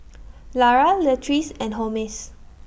Lara Leatrice and Holmes